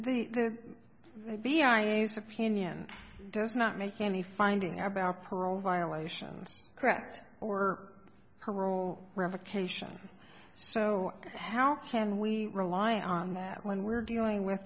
opinion does not make any finding about parole violations correct or parole revocation so how can we rely on that when we're dealing with